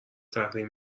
تحریم